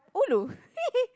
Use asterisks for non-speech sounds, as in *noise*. ulu *laughs*